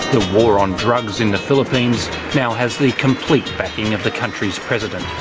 the war on drugs in the philippines now has the complete backing of the country's president.